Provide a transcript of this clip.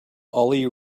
ali